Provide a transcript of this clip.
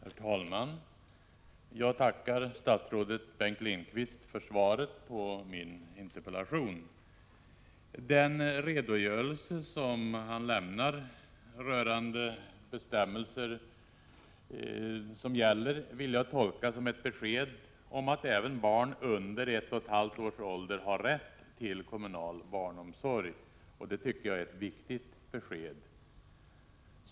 Herr talman! Jag tackar statsrådet Bengt Lindqvist för svaret på min interpellation. Den redogörelse som lämnats rörande gällande bestämmelser vill jag tolka som ett besked om att även barn under ett och ett halvt års ålder har rätt till kommunal barnomsorg. Det är ett viktigt besked.